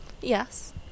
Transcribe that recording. Yes